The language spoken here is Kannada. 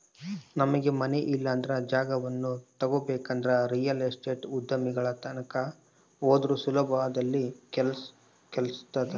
ನಮಗೆ ಮನೆ ಇಲ್ಲಂದ್ರ ಜಾಗವನ್ನ ತಗಬೇಕಂದ್ರ ರಿಯಲ್ ಎಸ್ಟೇಟ್ ಉದ್ಯಮಿಗಳ ತಕ ಹೋದ್ರ ಸುಲಭದಲ್ಲಿ ಕೆಲ್ಸಾತತೆ